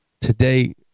today